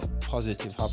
positive